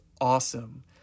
awesome